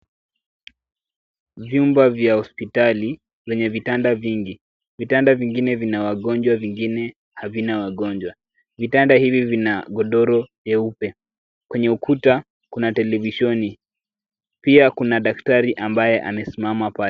Vyumba vya hospitali vyenye vitanda vingi. Vitanda vingine vina wagonjwa vingine havina wagonjwa. Vitanda hivi vina godoro vyeupe. Kwenye ukuta kuna televisheni, pia kuna daktari ambaye amesimama pale.